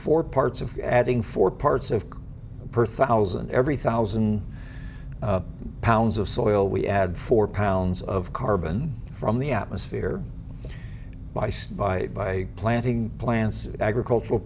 four parts of adding four parts of the per thousand every thousand pounds of soil we add four pounds of carbon from the atmosphere by sea by by planting plants agricultural